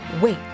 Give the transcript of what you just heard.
Wait